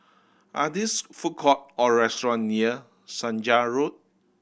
are these food courts or restaurant near Senja Road